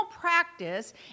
practice